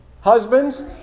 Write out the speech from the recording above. Husbands